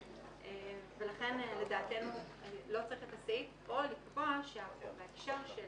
לכן לדעתנו לא צריך אלת הסעיף או לקבוע שבהקשר של